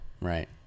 Right